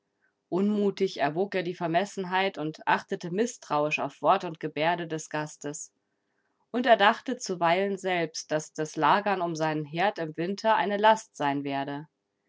unmutig erwog er die vermessenheit und achtete mißtrauisch auf wort und gebärde des gastes und er dachte zuweilen selbst daß das lagern um seinen herd im winter eine last sein werde